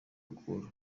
cool